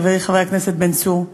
חברי חבר הכנסת בן צור.